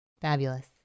Fabulous